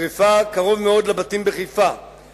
שרפה קרוב מאוד לבתים בחיפה,